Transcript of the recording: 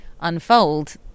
unfold